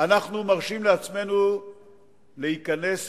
אנחנו מרשים לעצמנו להיכנס